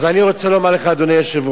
אז אני רוצה לומר לך, אדוני היושב-ראש,